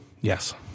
Yes